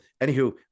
anywho